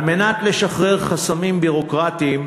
על מנת לשחרר חסמים ביורוקרטיים,